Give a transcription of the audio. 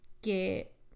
que